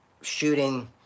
shooting